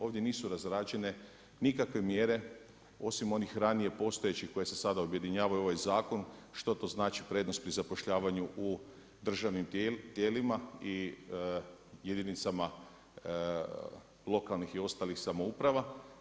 Ovdje nisu razrađene nikakve mjere osim onih ranije postojećih koje se sada objedinjavaju u ovaj zakon što to znači prednost pri zapošljavanju u državnim tijelima i jedinicama lokalnih i ostalih samouprava.